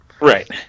Right